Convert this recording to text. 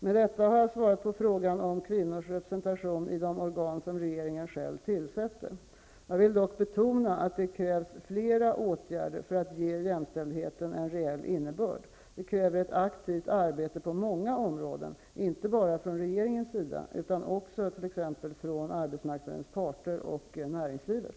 Med detta har jag svarat på frågan om kvinnors representation i de organ som regeringen själv tillsätter. Jag vill dock betona att det krävs flera åtgärder för att ge jämställdheten en reell innebörd. Det kräver ett aktivt arbete på många områden, inte bara från regeringens sida utan också t.ex. från arbetsmarknadens parter och näringslivet.